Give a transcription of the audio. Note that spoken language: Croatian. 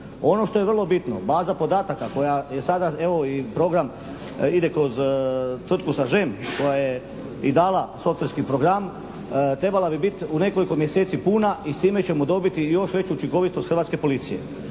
Ono što je vrlo bitno, baza podataka koja je sada evo i program ide kroz tvrtku SAGEM koja je i dala software-ski program trebala bi biti u nekoliko mjeseci puna i s time ćemo dobiti još veću učinkovitost hrvatske policije.